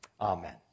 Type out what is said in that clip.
Amen